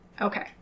Okay